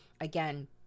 again